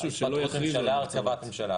הרכבת ממשלה.